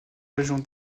région